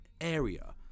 area